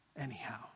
anyhow